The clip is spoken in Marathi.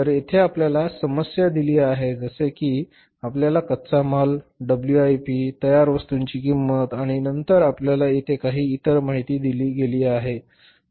तर येथे आपल्याला समस्या दिली आहे जसे की आपल्याला कच्चा माल डब्ल्यूआयपी तयार वस्तूंची किंमत आणि नंतर आपल्याला येथे काही इतर माहिती दिली गेली आहे